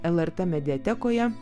lrt mediatekoje